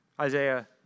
Isaiah